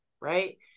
right